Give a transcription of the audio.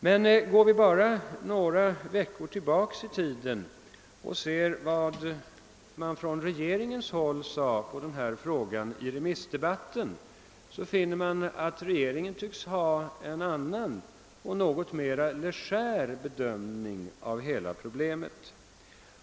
Men går man bara några veckor tillbaka i tiden och ser på vad som från regeringshåll sades i denna fråga i remissdebatten, finner man att regeringen tycks ha en annan och något mer legär bedömning av hela problemet.